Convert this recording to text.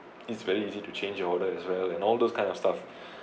it's very easy to change your order as well and all those kind of stuff